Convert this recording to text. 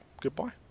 goodbye